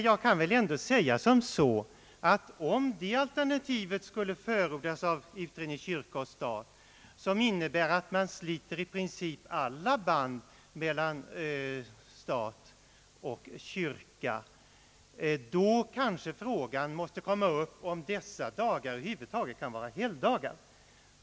Jag kan säga att om utredningen kyrka och stat skulle förorda det alternativ som innebär att man i princip sliter alla band mellan stat och kyrka, då kanske frågan måste komma upp om dessa högtidsdagar över huvud taget kan vara helgdagar.